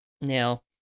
Now